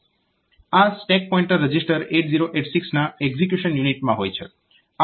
આ stack pointer register 8086 ના execution યુનિટમાં હોય છે